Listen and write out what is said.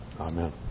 Amen